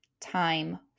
time